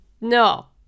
no